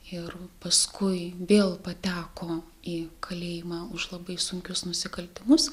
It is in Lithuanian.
ir paskui vėl pateko į kalėjimą už labai sunkius nusikaltimus